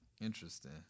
Interesting